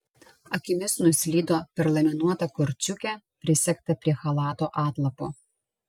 akimis nuslydo per laminuotą korčiukę prisegtą prie chalato atlapo